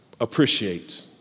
appreciate